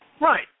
Right